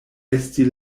esti